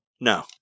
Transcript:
No